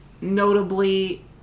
Notably